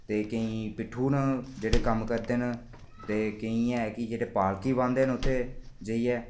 ते केईं पिट्ठू न जेह्ड़े कम्म करदे न ते केईं हैन जेह्ड़े पालकी बांह्दे इत्थै जाइयै